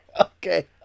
Okay